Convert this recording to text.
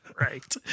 Right